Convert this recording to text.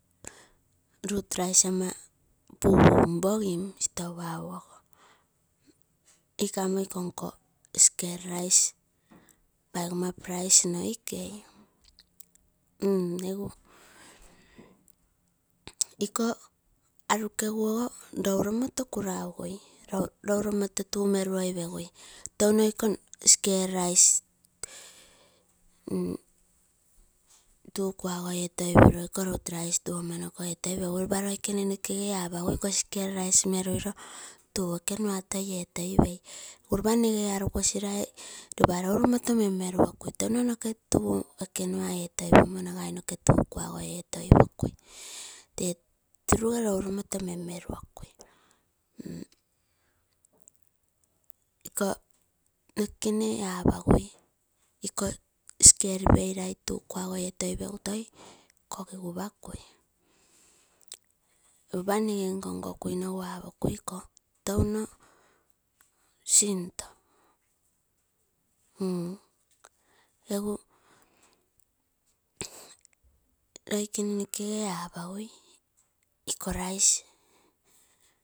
Roots rice ama puppumpogim store ogo. Iko amo ikonko skel rice paigoma price noikei. Egu iko arukegu ogo lou nomoto kalaugui lounomoto tuu meruoipegui touno ikoo skel rice, tuu kuago etoipino iko roots rice tuu ama nokoo etoipegui, ropa loikene nokege alagui ikoo skel rice toi tutu ekenaa etoi pei, egu ropa rege anekosi. Lai ropa louromoto mem-mem ruo kai. Touno noke tuu ekenaa etoi pomo, nagai noke tuu ekenua etoi pokui tee turugue loi lommotoo mem meruokuine. Ikoo noke kenee apagui ikoo skel pei lai tuu kuago etoipega toi kogi gupakui ropa nege nkonkokaineu apokui iko touno sintoo egu loikene nokege apagui iko rice.